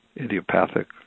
idiopathic